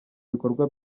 ibikorwa